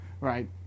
Right